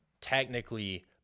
technically